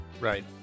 Right